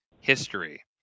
history